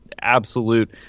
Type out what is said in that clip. absolute